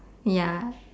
ya